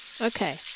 Okay